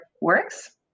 works